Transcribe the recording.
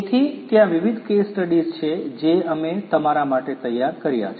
તેથી ત્યાં વિવિધ કેસ સ્ટડીઝ છે જે અમે તમારા માટે તૈયાર કર્યા છે